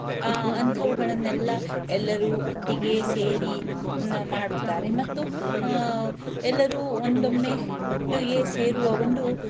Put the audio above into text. ಅಂಥವುಗಳನ್ನೆಲ್ಲ ಎಲ್ಲರೂ ಒಟ್ಟಿಗೇ ಸೇರಿ ನಾನು ಮಾಡುತ್ತಾರೆ ಮತ್ತು ಎಲ್ಲರೂ ಒಂದೊಮ್ಮೆ ಒಟ್ಟಿಗೆ ಸೇರುವ ಒಂದು